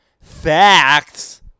facts